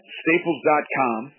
staples.com